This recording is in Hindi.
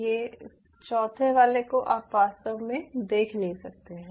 ये चौथा वाले को आप वास्तव में देख नहीं सकते हैं